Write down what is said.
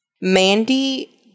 Mandy